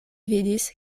vidis